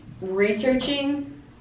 researching